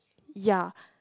ya